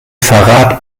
verrat